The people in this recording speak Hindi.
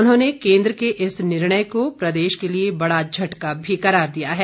उन्होंने केन्द्र के इस निर्णय को प्रदेश के लिए बड़ा झटका भी करार दिया है